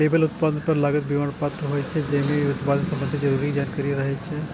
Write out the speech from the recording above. label उत्पाद पर लागल विवरण पत्र होइ छै, जाहि मे उत्पाद संबंधी जरूरी जानकारी रहै छै